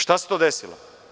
Šta se to desilo?